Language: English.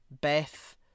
Beth